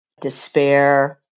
despair